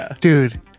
dude